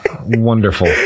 wonderful